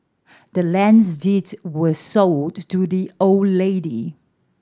the land's deed was sold to the old lady